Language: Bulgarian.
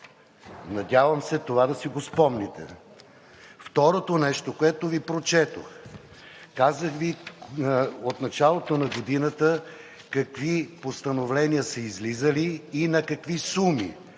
Надявам се това да си го спомните. Второто нещо, което Ви прочетох – казах Ви от началото на годината какви постановления са излизали и на какви суми,